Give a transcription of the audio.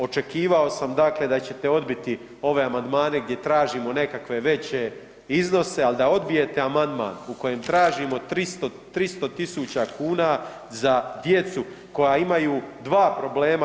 Očekivao sam dakle da ćete odbiti ove amandmane gdje tražimo nekakve veće iznose, al da odbijete amandman u kojem tražimo 300.000 kuna za djecu koja imaju dva problema.